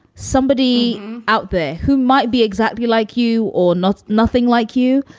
somebody out there who might be exactly like you or not nothing like you.